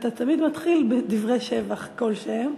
אתה תמיד מתחיל בדברי שבח כלשהם,